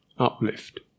Uplift